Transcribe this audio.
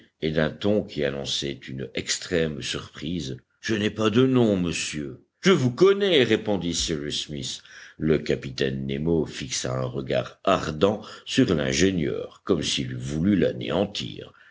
et d'un ton qui annonçait une extrême surprise je n'ai pas de nom monsieur je vous connais répondit cyrus smith le capitaine nemo fixa un regard ardent sur l'ingénieur comme s'il eût voulu l'anéantir